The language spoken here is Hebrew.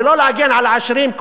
ולא להגן על העשירים,